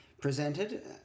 presented